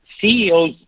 CEOs